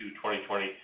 2020